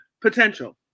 potential